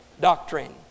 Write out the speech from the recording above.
doctrine